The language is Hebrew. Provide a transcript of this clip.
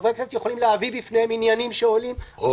שחברי כנסת יכולים להביא בפניהם עניינים שעולים -- או